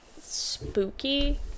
spooky